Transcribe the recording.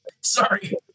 sorry